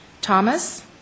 Thomas